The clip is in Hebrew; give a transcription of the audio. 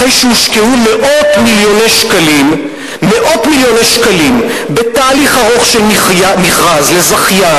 אחרי שהושקעו מאות מיליוני שקלים בתהליך ארוך של מכרז לזכיין,